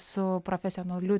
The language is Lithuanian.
su profesionaliu